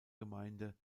gemeinde